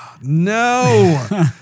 no